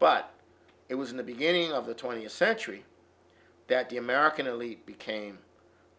but it was in the beginning of the twentieth century that the american elite became